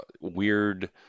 weird